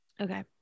Okay